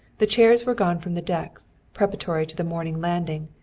the chairs were gone from the decks, preparatory to the morning landing,